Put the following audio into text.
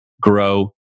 grow